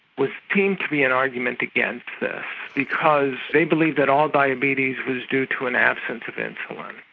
was seen to be an argument against this because they believed that all diabetes was due to an absence of insulin,